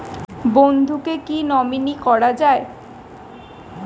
বন্ধুকে কী নমিনি করা যায়?